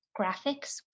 graphics